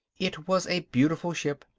it was a beautiful ship,